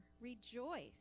Rejoice